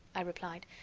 i replied,